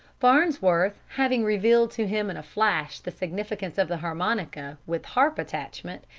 farnsworth, having revealed to him in a flash the significance of the harmonica with harp attachment,